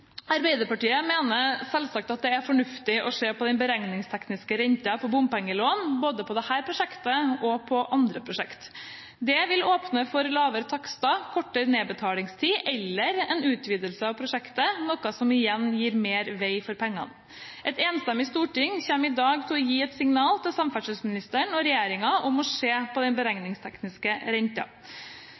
Arbeiderpartiet mener selvsagt at det er fornuftig å se på den beregningstekniske renten på bompengelån, både i dette prosjektet og i andre prosjekter. Det vil åpne for lavere takster, kortere nedbetalingstid eller en utvidelse av prosjektet, noe som igjen gir mer vei for pengene. Et enstemmig storting kommer i dag til å gi et signal til samferdselsministeren og regjeringen om å se på den beregningstekniske